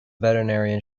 veterinarian